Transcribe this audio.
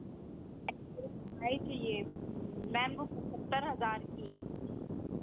गाड़ी चाहिए मैं वह पच्छत्तर हज़ार की है